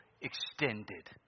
extended